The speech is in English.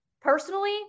personally